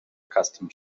custom